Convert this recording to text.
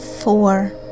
four